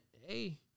hey